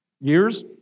years